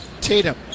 Tatum